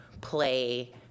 play